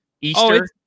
Easter